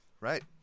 Right